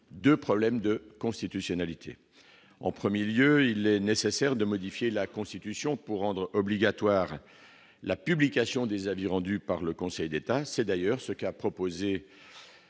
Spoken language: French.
2 problème de constitutionnalité en 1er lieu il est nécessaire de modifier la Constitution pour rendre obligatoire la publication des avis rendu par le Conseil d'État, c'est d'ailleurs ce qu'a proposé